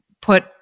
put